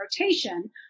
rotation